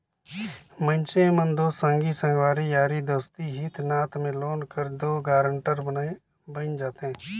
मइनसे मन दो संगी संगवारी यारी दोस्ती हित नात में लोन कर दो गारंटर बइन जाथे